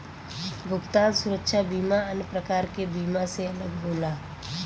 भुगतान सुरक्षा बीमा अन्य प्रकार के बीमा से अलग होला